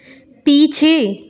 पीछे